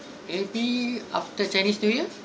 maybe after chinese new year